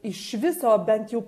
iš viso bent jau